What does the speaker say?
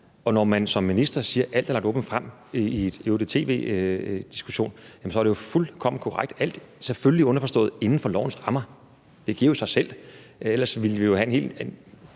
og når man som statsminister siger, at alt er lagt åbent frem, i øvrigt i en tv-diskussion, så er det fuldkommen korrekt, men det er selvfølgelig underforstået, at det er inden for lovens rammer. Det giver jo sig selv. Vi ville jo have en